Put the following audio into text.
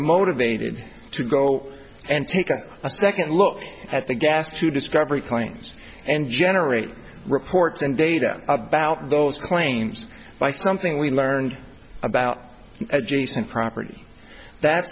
motivated to go and take a second look at the gas to discovery claims and generate reports and data about those claims by something we learned about adjacent property that